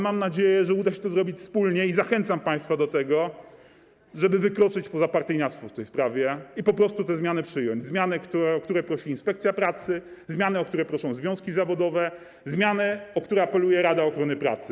Mam nadzieję, że uda się to zrobić wspólnie i zachęcam państwa do tego, żeby wykroczyć poza partyjniactwo w tej sprawie i po prostu te zmiany przyjąć, zmiany, o które prosi inspekcja pracy, zmiany, o które proszą związki zawodowe, zmiany, o które apeluje Rada Ochrony Pracy.